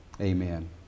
Amen